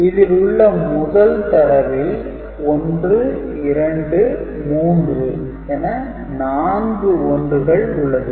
இதில் உள்ள முதல் தரவில் 12 3 என நான்கு 1 உள்ளது